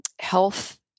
health